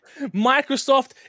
Microsoft